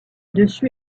dessus